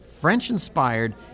French-inspired